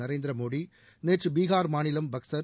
நரேந்திர மோதி நேற்று பீகார் மாநிலம் பக்சர்